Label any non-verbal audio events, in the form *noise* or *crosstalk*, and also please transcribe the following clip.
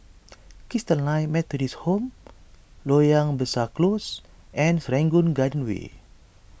*noise* Christalite Methodist Home Loyang Besar Close and Serangoon Garden Way